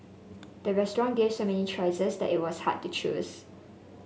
the restaurant gave so many choices that it was hard to choose